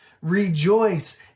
Rejoice